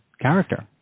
character